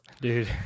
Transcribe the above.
Dude